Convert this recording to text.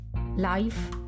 Life